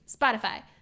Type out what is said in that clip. Spotify